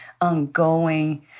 ongoing